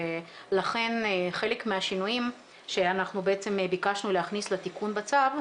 לכן חלק מהשינויים שאנחנו בעצם ביקשנו להכניס לתיקון בצו,